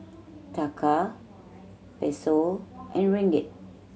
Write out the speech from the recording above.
Taka Peso and Ringgit